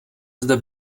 zde